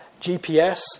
GPS